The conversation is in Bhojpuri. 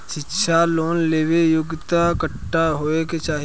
शिक्षा लोन लेवेला योग्यता कट्ठा होए के चाहीं?